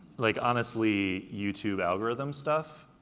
like, honestly, youtube algorithm stuff,